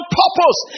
purpose